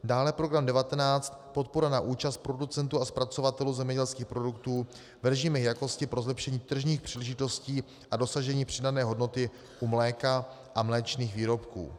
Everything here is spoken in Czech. dále program 19 Podpora na účast producentů a zpracovatelů zemědělských produktů v režimech jakosti pro zlepšení tržních příležitostí a dosažení přidané hodnoty u mléka a mléčných výrobků;